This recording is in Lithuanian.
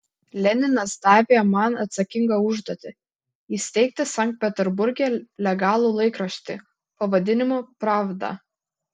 leninas davė man atsakingą užduotį įsteigti sankt peterburge legalų laikraštį pavadinimu pravda